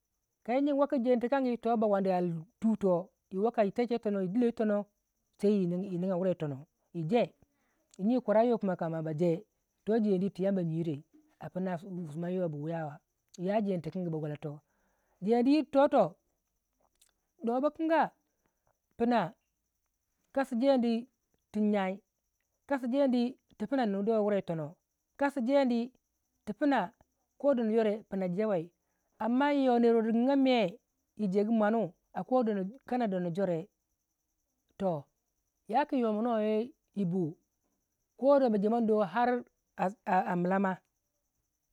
kai jyi gi waku jyeni tikan gi to ba tui toh yi waka yi techa i alli tui toh yi dillo yi tono sai yi niga wurai yi tono yi jyi kwara yiwa pina ma ba jye toh jyeni to yamba jyiro apina sima yuwa bu wiya ytoh jeni tu yamba jyiro ya jeni tikingi ba kwala toh jeniyiri toh toh nuwa bukan ga pina kasi jeni tui jyai kasi jeni tui punei nin do wirai yi tono kasi jeni tyui pina kodono jore amma yo rewu yo me yi jyegu mwanu kana dono jore toh yaki yomino yau ibuu koda ma jemwando ar a mila ma